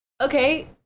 Okay